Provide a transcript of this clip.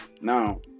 Now